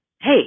Hey